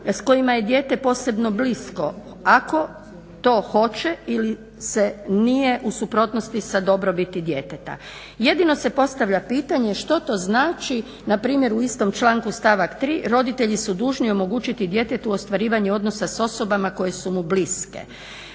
s kojima je dijete posebno blisko, ako to hoće ili nije u suprotnosti sa dobrobiti djeteta. Jedino se postavlja pitanje što to znači npr. u istom članku stavak 3.roditelji su dužni omogućiti djetetu ostvarivanje odnosa sa osobama koje su mu bliske.